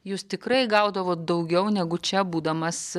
jūs tikrai gaudavot daugiau negu čia būdamas